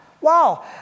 Wow